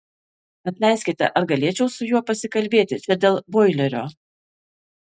atleiskite ar galėčiau su juo pasikalbėti čia dėl boilerio